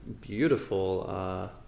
beautiful